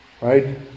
Right